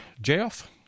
Jeff